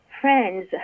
friends